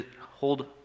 hold